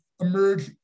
emerge